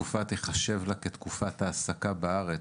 גברתי גם מבלי שהתקופה תיחשב לה כתקופת העסקה בארץ.